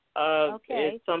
Okay